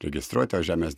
registruoti o žemės